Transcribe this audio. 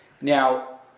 Now